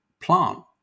plant